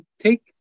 take